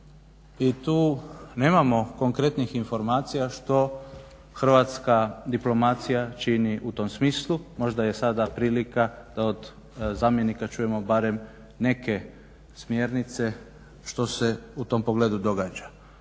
i tu nemamo konkretnih informacija što hrvatska diplomacija čini u tom smislu, možda je sada prilika da od zamjenika čujemo barem neke smjernice što se u tom pogledu događa.